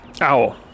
Owl